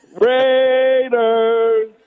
Raiders